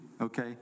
okay